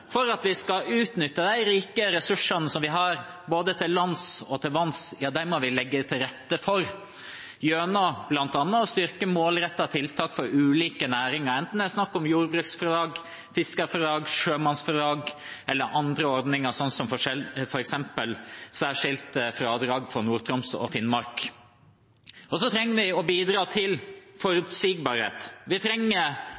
for at vi skal kunne utnytte de rike ressursene vi har, både til lands og til vanns, gjennom bl.a. å styrke målrettede tiltak for ulike næringer, enten det er snakk om jordbruksfradrag, fiskerfradrag, sjømannsfradrag eller andre ordninger, som f.eks. særskilt fradrag for Nord-Troms og Finnmark. Vi trenger også å bidra til